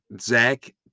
Zach